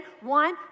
One